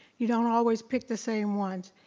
you don't always pick the same ones.